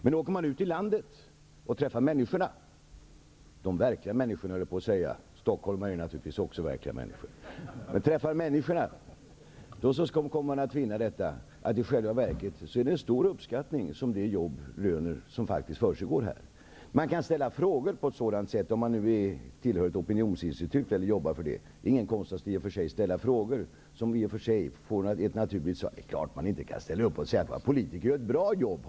Men åker man ut i landet och träffar människorna -- de verkliga människorna höll jag på att säga, men stockholmare är naturligtvis också verkliga människor -- kommer man att finna att det jobb som faktiskt försiggår här i själva verket röner en stor uppskattning. Man kan ställa frågor på ett visst sätt, om man tillhör ett opinionsinstitut eller jobbar för ett sådant. Det är ingen konst att ställa frågor som får ett i och för sig naturligt svar. Det är klart att man inte kan ställa upp och säga att politiker gör ett bra jobb.